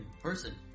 person